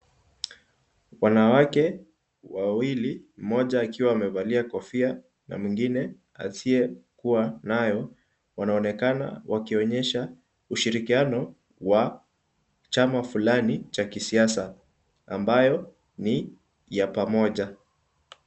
Wanawake wawili mmoja akiwa amevalia kofia na mwingine asiyekuwa nayo. Wanaonekana wakionyesha ushirikiano wa chama fulani cha kisiasa ambayo ni ya pamoja.